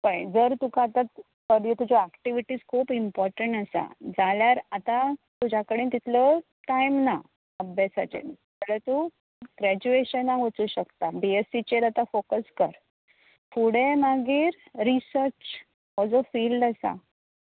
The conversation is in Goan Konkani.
पळय जर तुका आतां फॉर यू तुजे आक्टिविटीज खूब इम्पॉटण आसा जाल्यार आतां तुज्या कडेन तितलो टायम ना अभ्यासाचेर जाल्या तूं ग्रॅजुएशनांक वचूं शकता बिएससिचेर आतां फोकस कर फुडें मागीर रिसर्च हो जो फिल्ड आसा